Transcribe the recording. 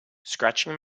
scratching